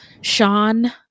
sean